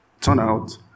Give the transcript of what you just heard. turnout